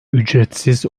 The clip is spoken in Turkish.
ücretsiz